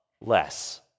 less